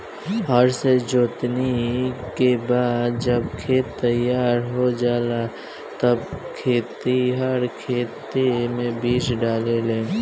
हर से जोताई के बाद जब खेत तईयार हो जाला तब खेतिहर खेते मे बीज डाले लेन